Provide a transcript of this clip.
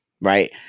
right